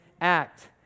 act